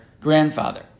grandfather